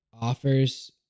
offers